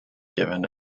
given